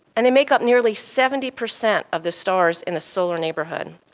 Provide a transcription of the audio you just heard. and they make up nearly seventy percent of the stars in the solar neighbourhood.